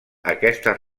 aquestes